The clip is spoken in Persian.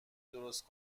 درست